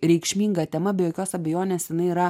reikšminga tema be jokios abejonės jinai yra